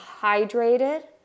hydrated